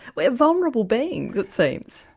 we are vulnerable beings it seems?